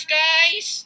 guys